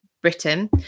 Britain